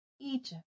egypt